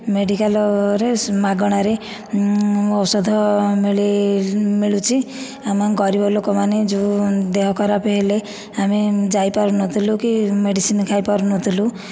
ମେଡ଼ିକାଲରେ ମାଗଣାରେ ଔଷଧ ମିଳି ମିଳୁଛି ଆମ ଗରିବ ଲୋକମାନେ ଯେଉଁ ଦେହ ଖରାପ ହେଲେ ଆମେ ଯାଇପାରୁନଥିଲୁ କି ମେଡ଼ିସିନ ଖାଇ ପାରୁନଥିଲୁ